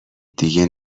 دیگه